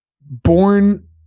born